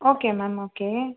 okay ma'am okay